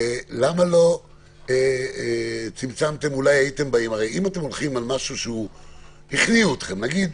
למה לא צמצמתם הרי אם הייתם הולכים על משהו שהכניעו אתכם נאמר,